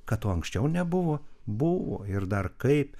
kad to anksčiau nebuvo buvo ir dar kaip